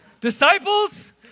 Disciples